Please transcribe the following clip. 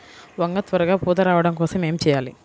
వంగ త్వరగా పూత రావడం కోసం ఏమి చెయ్యాలి?